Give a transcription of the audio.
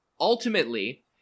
Ultimately